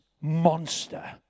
monster